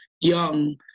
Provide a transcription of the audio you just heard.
young